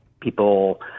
people